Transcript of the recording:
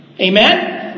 Amen